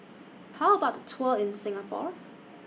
How about A Tour in Singapore